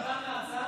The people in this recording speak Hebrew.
אני לא, לוועדה.